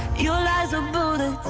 your lies are bullets,